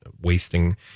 wasting